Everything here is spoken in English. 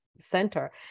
center